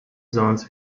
zones